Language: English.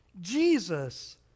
Jesus